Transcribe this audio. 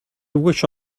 wish